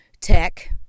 tech